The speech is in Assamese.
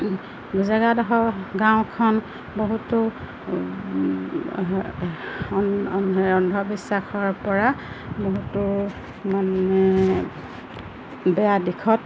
জেগাডখৰ গাঁওখন বহুতো অন্ধবিশ্বাসৰ পৰা বহুতো মানে বেয়া দিশত